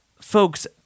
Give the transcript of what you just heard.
folks